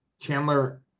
Chandler